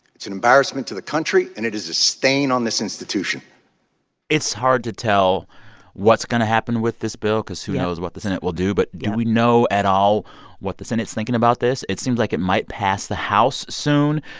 it's an embarrassment to the country, and it is a stain on this institution it's hard to tell what's going to happen with this bill because. yep. who knows what the senate will do? but do we know at all what the senate's thinking about this? it seems like it might pass the house soon.